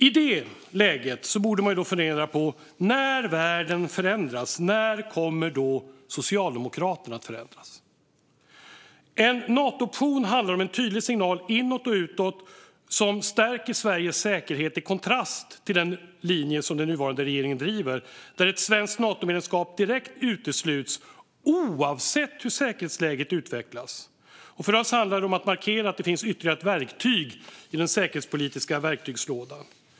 I det läget, när världen förändras, borde man fundera på när Socialdemokraterna kommer att förändras. En Nato-option handlar om en tydlig signal inåt och utåt som stärker Sveriges säkerhet i kontrast till den linje som den nuvarande regeringen driver, där ett svenskt Natomedlemskap direkt utesluts oavsett hur säkerhetsläget utvecklas. För oss handlar det om att markera att det finns ytterligare ett verktyg i den säkerhetspolitiska verktygslådan.